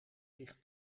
zich